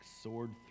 sword